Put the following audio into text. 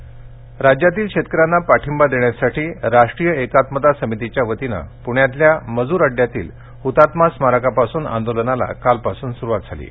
आंदोलन राज्यातील शेतकऱ्यांना पाठींबा देण्यासाठी राष्ट्रीय एकात्मता समितीच्या वतीनं पृण्यातल्या मजूर अड्यातील हतात्मा स्मारकापासून आंदोलनास कालपासून सुरुवात झाली आहे